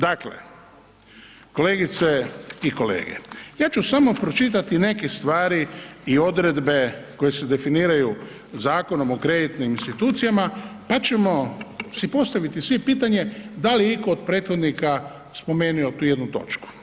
Dakle, kolegice i kolege ja ću samo pročitati neke stvari i odredbe koje se definiraju Zakonom o kreditnim institucijama, pa ćemo si postaviti svi pitanje da li je itko od prethodnika spomenuo tu jednu točku.